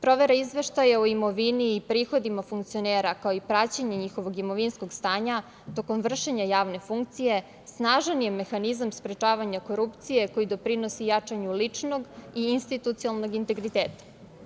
Provera izveštaja o imovini i prihodima funkcionera, kao i praćenje njihovog imovinskog stanja tokom vršenja javne funkcije snažan je mehanizam za sprečavanje korupcije koji doprinosi jačanju ličnog i institucionalnog integriteta.